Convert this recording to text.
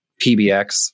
PBX